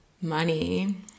money